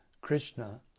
Krishna